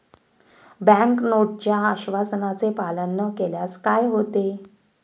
Bank नोटच्या आश्वासनाचे पालन न केल्यास काय होते?